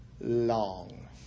long